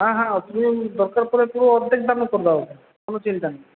হ্যাঁ হ্যাঁ দরকার পড়ে পুরো অর্ধেক দামে করে দাও কোনও চিন্তা নেই